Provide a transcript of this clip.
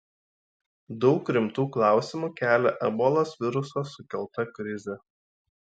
daug rimtų klausimų kelia ebolos viruso sukelta krizė